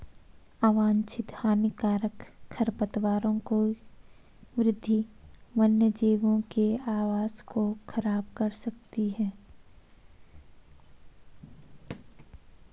अवांछित हानिकारक खरपतवारों की वृद्धि वन्यजीवों के आवास को ख़राब कर सकती है